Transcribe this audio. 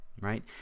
right